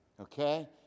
Okay